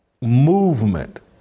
movement